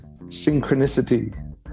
Synchronicity